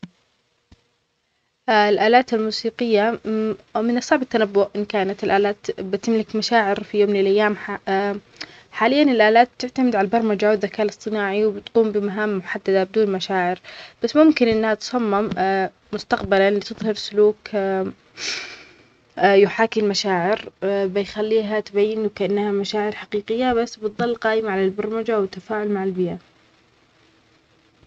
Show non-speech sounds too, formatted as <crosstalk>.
أ <hesitation> الآلات الموسيقية <hesitation> من الصعب التنبؤ إن كانت الآلات بتملك مشاعر في يوم من الأيام <hesitation> حاليا الآلات بتعتمد على البرمجة والذكاء الأصطناعي وبتقوم بمهام محددة بدون مشاعر، بس ممكن أنها تصمم <hesitation> مستقبلا لتظهر سلوك <hesitation> يحاكى المشاعر <hesitation> بيخليها تبين وكأنها مشاعر حقيقة بس بتظل قائمة على البرمجة والتفاعل مع البيئة.